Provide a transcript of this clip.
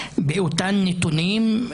באותם נתונים,